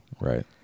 Right